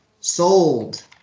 Sold